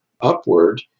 upward